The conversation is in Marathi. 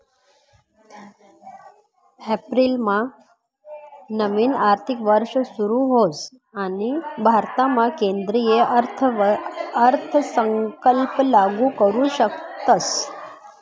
एप्रिलमा नवीन आर्थिक वर्ष सुरू होस आणि भारतामा केंद्रीय अर्थसंकल्प लागू करू शकतस